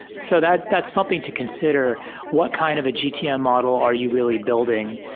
so that's that's something to cons ider what kind of a gtm model are you really building.